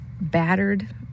battered